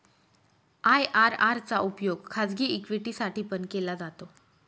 IRR चा उपयोग खाजगी इक्विटी साठी पण केला जातो